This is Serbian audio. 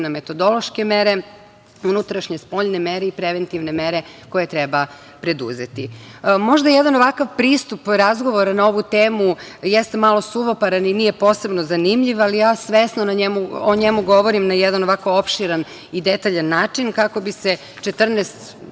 na metodološke mere, unutrašnje, spoljne mere i preventivne mere koje treba preduzeti. Možda jedan ovakav pristup razgovora na ovu temu jeste malo suvoparan i nije posebno zanimljiv, ali ja svesno o njemu govorim na jedan ovako opširan i detaljan način kako bi se 14